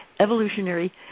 evolutionary